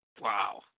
Wow